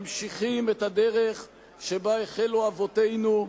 ממשיכים את הדרך שבה החלו אבותינו,